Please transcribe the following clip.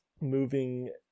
moving